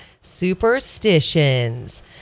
superstitions